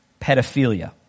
pedophilia